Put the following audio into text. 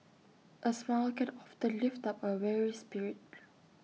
A smile can often lift up A weary spirit